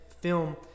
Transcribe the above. film